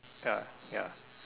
ya ya